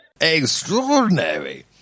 Extraordinary